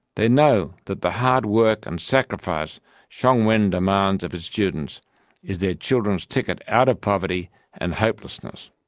they know that the hard work and sacrifice shuang wen demands of its students is their children's ticket out of poverty and hopelessness.